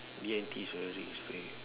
D and T is very useful